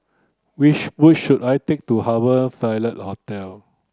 which bush should I take to Harbour Ville Hotel